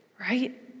right